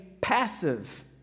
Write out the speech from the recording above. passive